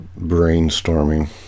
brainstorming